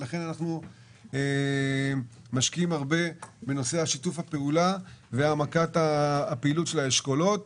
אנחנו משקעים הרבה בנושא שיתוף הפעולה והעמקת הפעילות של האשכולות.